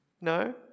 No